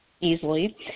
easily